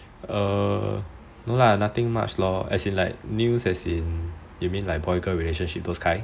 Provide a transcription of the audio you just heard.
err no lah nothing much lor news as in you mean like boy girl relationship those kind